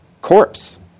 corpse